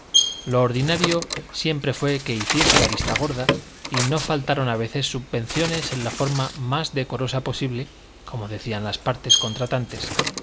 lo ordinario siempre fue que hiciese la vista gorda y no faltaron a veces subvenciones en la forma más decorosa posible como decían las partes contratantes